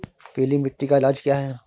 पीली मिट्टी का इलाज क्या है?